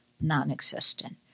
non-existent